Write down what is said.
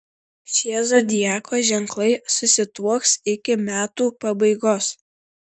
šie zodiako ženklai susituoks iki metų pabaigos